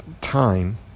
time